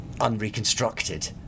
unreconstructed